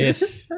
Yes